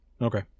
Okay